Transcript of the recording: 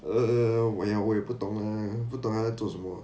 uh 我也我也不懂 ah 不懂要做什么